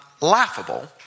laughable